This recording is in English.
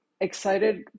excited